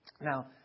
Now